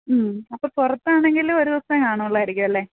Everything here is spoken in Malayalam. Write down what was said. മ്മ് അപ്പോള് പുറത്താണെങ്കില് ഒരു ദിവസമേ കാണുകയുള്ളൂവായിരിക്കുമല്ലെ